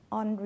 on